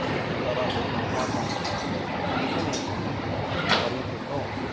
and these are all very important information for you to know,